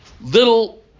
little